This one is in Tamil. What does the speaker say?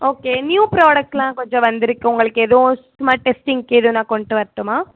ஓகே நியூ ப்ராடக்ட்ஸ் எல்லாம் கொஞ்சம் வந்துருக்கு உங்களுக்கு எதுவும் சும்மா டெஸ்ட்டிங்க்கு எதுவும் நான் கொண்டுட்டு வரட்டுமா